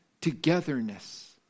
Togetherness